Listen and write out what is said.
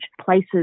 places